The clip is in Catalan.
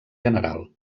general